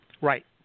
Right